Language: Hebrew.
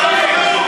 עראר,